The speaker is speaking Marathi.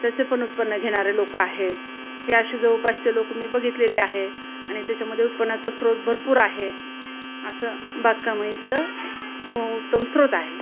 त्याचे पण उत्पन्न घेणारे लोक आहेत हे अशे जवळपासचे लोकं मी बघितलेले आहेत आणि त्याच्यामध्ये उत्पन्नाचा स्रोत भरपूर आहे असं बागकामाचं उत्तम स्रोत आहे